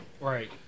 Right